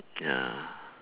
ya